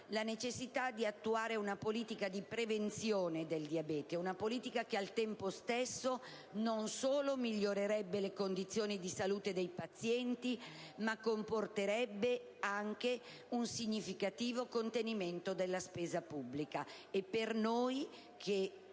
la necessità di attuare una politica di prevenzione del diabete, che non solo migliorerebbe le condizioni di salute dei pazienti, ma comporterebbe anche un significativo contenimento della spesa pubblica,